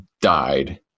died